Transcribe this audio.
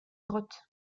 grottes